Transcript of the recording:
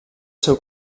seu